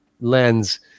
lens